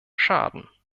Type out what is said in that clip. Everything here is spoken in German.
schaden